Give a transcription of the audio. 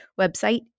website